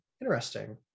interesting